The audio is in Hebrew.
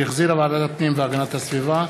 שהחזירה ועדת הפנים והגנת הסביבה,